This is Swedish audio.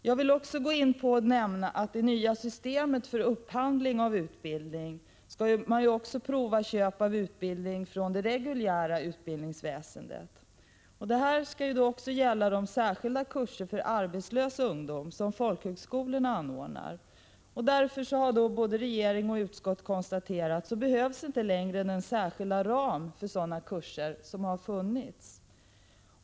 Jag vill också nämna att det föreslås att man inom det nya systemet för upphandling av utbildning också skall prova köp av utbildning från det reguljära utbildningsväsendet. Detta skall även gälla de särskilda kurser för arbetslös ungdom som folkhögskolorna anordnar. Både regering och utskott har konstaterat att det därför inte längre behövs någon särskild ram för sådana kurser.